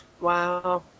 Wow